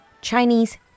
Chinese